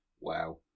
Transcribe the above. Wow